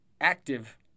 active